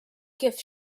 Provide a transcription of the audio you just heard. gift